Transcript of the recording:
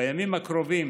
בימים הקרובים